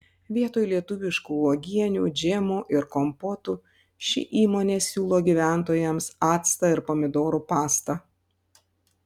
vietoj lietuviškų uogienių džemų ir kompotų ši įmonė siūlo gyventojams actą ir pomidorų pastą